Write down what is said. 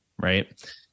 Right